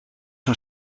een